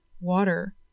water